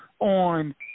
on